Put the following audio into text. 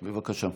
בבקשה.